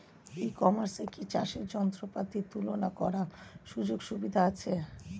ই কমার্সে কি চাষের যন্ত্রপাতি তুলনা করার সুযোগ সুবিধা আছে?